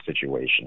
situation